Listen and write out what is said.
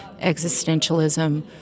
existentialism